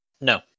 no